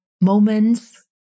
moments